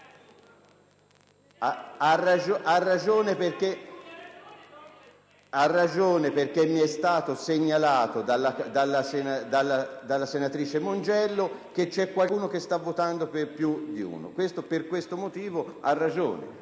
Ha ragione perché mi è stato segnalato dalla senatrice Mongiello che c'era qualcuno che stava votando per altri; per questo motivo ha ragione.